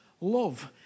Love